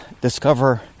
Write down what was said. discover